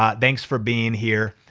um thanks for being here.